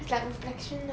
it's like reflection lah